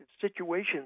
situations